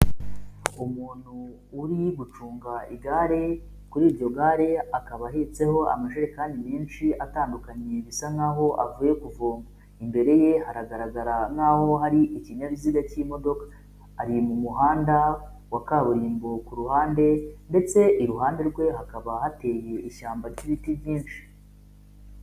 Umuntu uri gucunga igare, kuri iryo gare akaba ahetseho amajerekani menshi atandukanye, bisa nk'aho avuye kuvoma, imbere ye hagaragara nk'aho hari ikinyabiziga cy'imodoka, ari mu muhanda wa kaburimbo kuru ruhande ndetse iruhande rwe hakaba hateye ishyamba ry'ibiti byinshi.